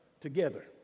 together